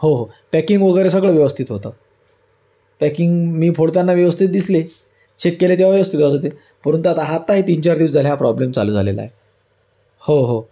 हो हो पॅकिंग वगैरे सगळं व्यवस्थित होतं पॅकिंग मी फोडताना व्यवस्थित दिसले चेक केले तेव्हा व्यवस्थितच होते परंतु आता आता हे तीन चार दिवस झाले हा प्रॉब्लेम चालू झालेला आहे हो हो